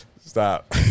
Stop